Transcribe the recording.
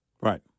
Right